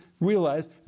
realize